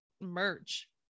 merch